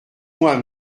moi